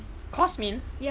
course meal